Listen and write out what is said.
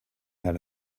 how